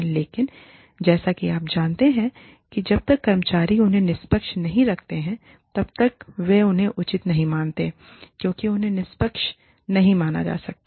लेकिन जैसा कि आप जानते हैं कि जब तक कर्मचारी उन्हें निष्पक्ष नहीं देखते हैं तब तक वे उन्हें उचित नहीं मानते हैं क्योंकि उन्हें निष्पक्ष नहीं माना जा सकता है